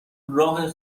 راه